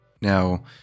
now